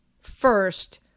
first